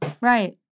Right